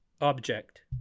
Object